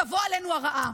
תבוא עלינו הרעה.